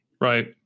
Right